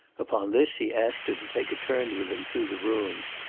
upon this he asked her to take a turn with him through the rooms,